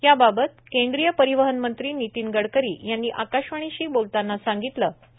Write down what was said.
यावावत केंद्रीय परिवहन मंत्री नितीन गडकरी यांनी आकाशवाणीशी बोलताना सांगितलं की